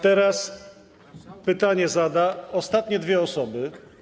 Teraz pytanie zadadzą ostatnie dwie osoby.